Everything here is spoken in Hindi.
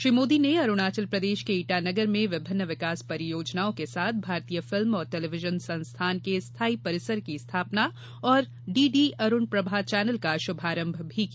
श्री मोदी ने अरूणाचल प्रदेश के ईटानगर में विभिन्न् विकास परियोजनाओं के साथ भारतीय फिल्म और टेलीविजन संस्थान के स्थायी परिसर की स्थापना तथा डीडी अरुणप्रभा चैनल का शुभारंभ भी किया